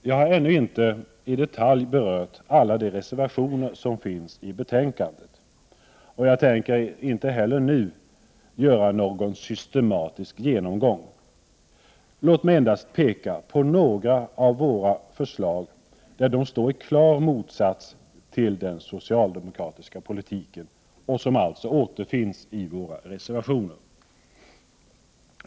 Jag har ännu inte i detalj berört alla reservationer i betänkandet, och jag tänker inte heller göra någon systematisk genomgång. Låt mig endast peka på några av våra förslag som står i klar motsats till den socialdemokratiska politiken. Dessa förslag återfinns i våra reservationer.